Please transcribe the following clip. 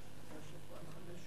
אני החלפתי את היושב-ראש